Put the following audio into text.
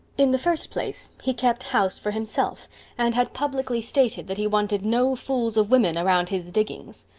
in the first place he kept house for himself and had publicly stated that he wanted no fools of women around his diggings.